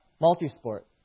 multi-sport